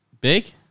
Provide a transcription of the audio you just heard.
Big